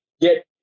get